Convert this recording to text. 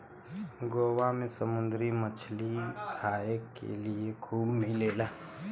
गोवा में समुंदरी मछरी खाए के लिए खूब मिलेला